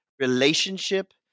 Relationship